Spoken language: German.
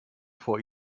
vor